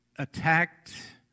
attacked